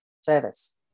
service